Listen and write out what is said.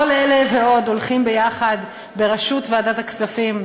כל אלה ועוד הולכים ביחד בראשות ועדת הכספים,